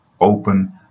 open